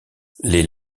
les